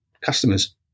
customers